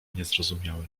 niezrozumiałe